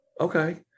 okay